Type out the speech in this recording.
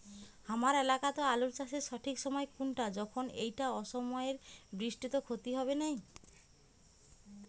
হামার এলাকাত আলু চাষের সঠিক সময় কুনটা যখন এইটা অসময়ের বৃষ্টিত ক্ষতি হবে নাই?